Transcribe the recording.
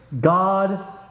God